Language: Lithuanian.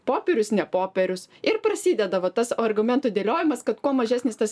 popierius ne popierius ir prasideda va tas argumentų dėliojimas kad kuo mažesnis tas